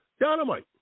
Dynamite